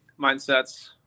mindsets